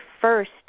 first